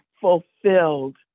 fulfilled